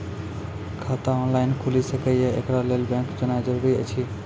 खाता ऑनलाइन खूलि सकै यै? एकरा लेल बैंक जेनाय जरूरी एछि?